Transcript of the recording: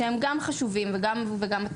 כמו מה